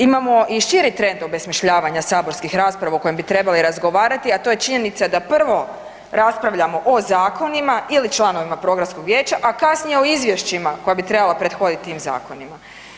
Imamo i širi trend ... saborskih rasprava u kojem bi trebali razgovarati, a to je činjenica da prvo raspravljamo o zakonima ili članovima programskog vijeća, a kasnije u izvješćima koja bi trebala prethoditi tim zakonima.